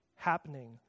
happening